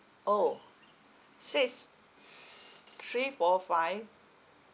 orh six three four five